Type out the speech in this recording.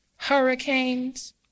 hurricanes